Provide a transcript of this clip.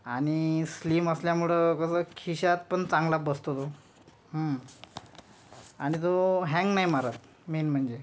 आणि स्लिम असल्यामुळं कसं खिशात पण चांगला बसतो तो आणि तो हँग नाही मारत मेन म्हणजे